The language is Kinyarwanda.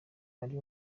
ari